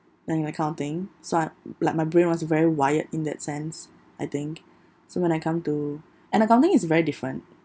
when you accounting so I'm like my brain was very wired in that sense I think so when I come to and accounting is very different